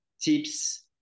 tips